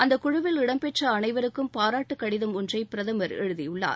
அந்த குழுவில் இடம்பெற்ற அனைவருக்கும் பாராட்டு கடிதம் ஒன்றை பிரதமர் எழுதியுள்ளார்